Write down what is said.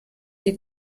die